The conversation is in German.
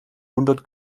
hundert